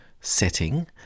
setting